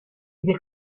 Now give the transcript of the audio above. del